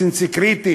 סנסקריט?